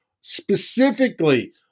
specifically